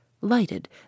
lighted